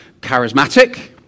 charismatic